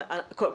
לא,